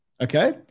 okay